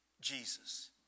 Jesus